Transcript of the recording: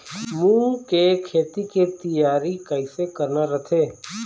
मूंग के खेती के तियारी कइसे करना रथे?